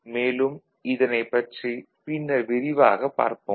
மேலும் இதனைப் பற்றி பின்னர் விரிவாகப் பார்ப்போம்